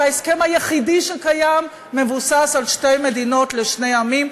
וההסכם היחידי שקיים מבוסס על שתי מדינות לשני עמים,